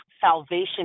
salvation